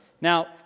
Now